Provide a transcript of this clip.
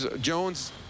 Jones